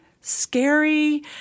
scary